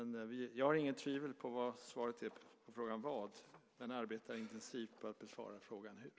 Jag har inget tvivel på vad svaret är på frågan "Vad? ", men arbetar intensivt på att besvara frågan "Hur?